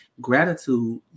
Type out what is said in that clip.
gratitude